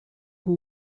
who